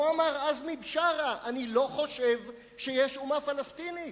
כה אמר עזמי בשארה: אני לא חושב שיש אומה פלסטינית.